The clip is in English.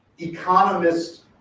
economists